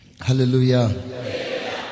Hallelujah